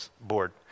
board